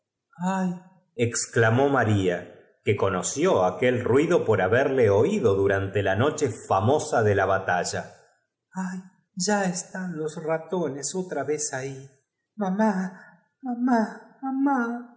exclamó maría que conoció aquel ruido por haberlo oído durante la noche famosa de la batalla ay ya están los ratones otra vez ah í mama mamá